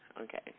okay